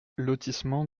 lotissement